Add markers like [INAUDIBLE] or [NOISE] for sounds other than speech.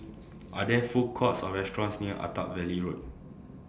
[NOISE] Are There Food Courts Or restaurants near Attap Valley Road